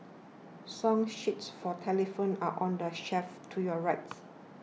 song sheets for telephones are on the shelf to your rights